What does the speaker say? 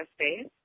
space